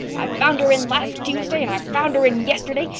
i found her in last tuesday and i found her in yesterday.